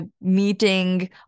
meeting